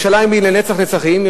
ירושלים היא לנצח נצחים,